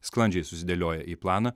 sklandžiai susidėlioja į planą